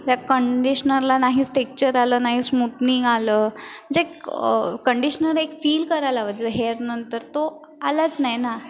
त्या कंडिशनरला नाहीच टेक्चर आलं नाही स्मूतनिंग आलं जे क कंडिशनर एक फील करायला हवं जे हेअरनंतर तो आलाच नाही ना